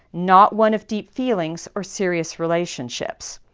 not one of deep feelings or serious relationships.